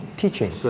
teaching